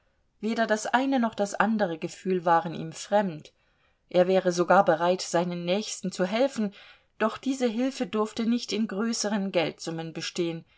weder das eine noch das andere gefühl waren ihm fremd er wäre sogar bereit seinen nächsten zu helfen doch diese hilfe durfte nicht in größeren geldsummen bestehen